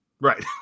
right